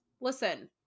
Listen